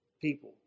people